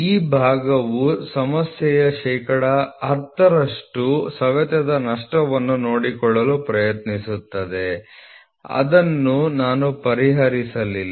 ಈ ಭಾಗವು ಸಮಸ್ಯೆಯ ಶೇಕಡಾ 10 ರಷ್ಟು ಸವೆತದ ನಷ್ಟವನ್ನು ನೋಡಿಕೊಳ್ಳಲು ಪ್ರಯತ್ನಿಸುತ್ತದೆ ಅದನ್ನು ನಾನು ಪರಿಹರಿಸಲಿಲ್ಲ